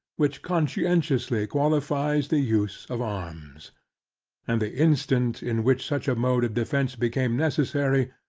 which conscientiously qualifies the use of arms and the instant, in which such a mode of defence became necessary,